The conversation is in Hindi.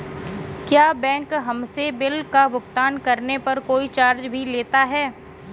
क्या बैंक हमसे बिल का भुगतान करने पर कोई चार्ज भी लेता है?